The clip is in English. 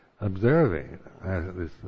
observing